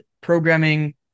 programming